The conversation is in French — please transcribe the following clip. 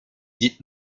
dites